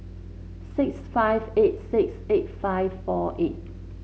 six five eight six eight five four eight